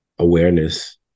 awareness